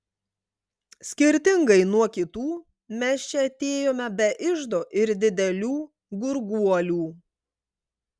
skirtingai nuo kitų mes čia atėjome be iždo ir didelių gurguolių